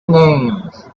names